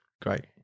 Great